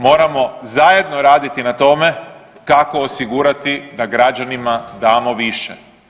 Moramo zajedno raditi na tome kako osigurati da građanima damo više.